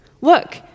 Look